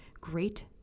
great